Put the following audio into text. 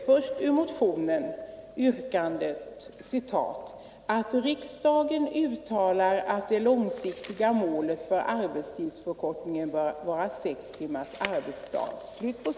Herr talman! Jag skall be att få läsa högt, först yrkandet ur motionen —- ”att riksdagen uttalar att det långsiktiga målet för arbetstidsförkortningen bör vara sex timmars arbetsdag”.